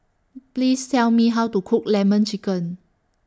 Please Tell Me How to Cook Lemon Chicken